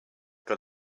got